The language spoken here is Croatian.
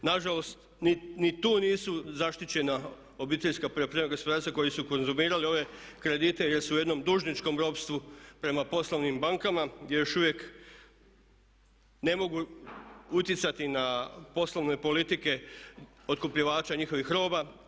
Nažalost, ni tu nisu zaštićena obiteljska poljoprivredna gospodarstva koji su konzumirali ove kredite jer su u jednom dužničkom ropstvu prema poslovnim bankama gdje još uvijek ne mogu utjecati na poslovne politike otkupljivača i njihovih roba.